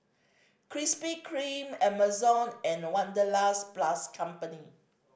Krispy Kreme Amazon and Wanderlust plus Company